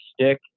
stick